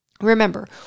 Remember